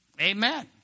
Amen